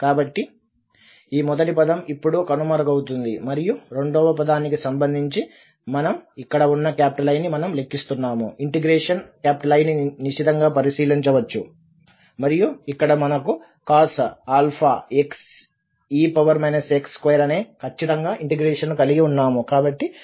కాబట్టి ఈ మొదటి పదం ఇప్పుడు కనుమరుగవుతుంది మరియు రెండవ పదానికి సంబంధించి మనం ఇక్కడ ఉన్న I ని మనం లెక్కిస్తున్నాము ఇంటెగ్రేషన్ I ని నిశితంగా పరిశీలించవచ్చు మరియు ఇక్కడ మనకు cos⁡αxe ax2 అనే ఖచ్చితంగా ఇంటిగ్రేషన్ ను కలిగి ఉన్నాము